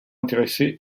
intéressé